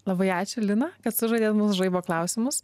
labai ačiū lina kad sužaidėt mūsų žaibo klausimus